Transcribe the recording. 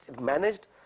managed